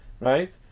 right